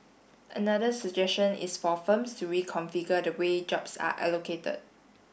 another suggestion is for firms to reconfigure the way jobs are allocated